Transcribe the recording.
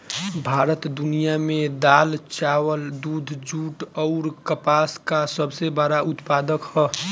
भारत दुनिया में दाल चावल दूध जूट आउर कपास का सबसे बड़ा उत्पादक ह